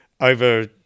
over